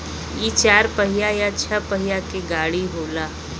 इ चार पहिया या छह पहिया के गाड़ी होला